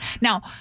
Now